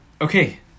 Okay